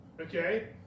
Okay